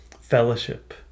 Fellowship